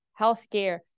healthcare